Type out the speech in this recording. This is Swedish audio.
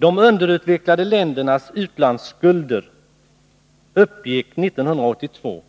De underutvecklade ländernas utlandsskulder uppgick 1982